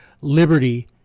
liberty